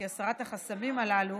כי הסרת החסמים הללו